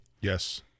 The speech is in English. Yes